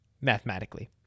Mathematically